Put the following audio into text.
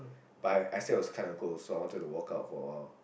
but I I still was kind of cold so I wanted to walk out for a while